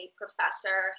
professor